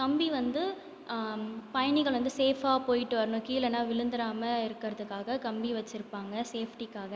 கம்பி வந்து பயணிகள் வந்து சேஃபாக போயிட்டு வரணும் கீழேலாம் விழுந்துராமல் இருக்கறதுக்காக கம்பி வச்சுருப்பாங்க சேஃப்டிக்காக